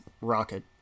Rocket